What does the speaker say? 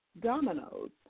dominoes